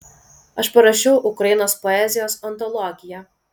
aš parašiau ukrainos poezijos antologiją